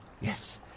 Yes